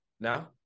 now